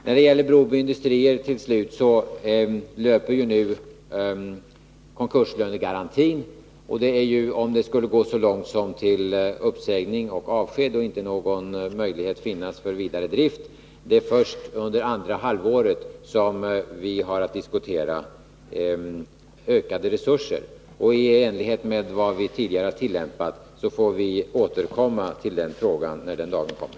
När det till slut gäller Broby Industrier löper konkurslönegarantin. Om det skulle gå så långt som till uppsägning och avskedanden och inte någon möjlighet finnas för vidare drift, är det först under andra halvåret som vi har att diskutera ökade resurser. I enlighet med vad vi tidigare tillämpat får vi återkomma till den frågan när den dagen kommer.